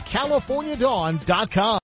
CaliforniaDawn.com